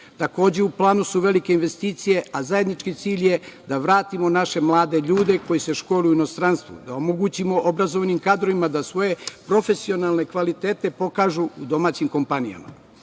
unazad. Takođe, u planu su velike investicije, a zajednički cilj je da vratimo naše mlade ljude koji se školuju u inostranstvu, da omogućimo obrazovnim kadrovima da svoje profesionalne kvalitete pokažu u domaćim kompanijama. Dame